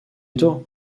détour